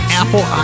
apple